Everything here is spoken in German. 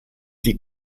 die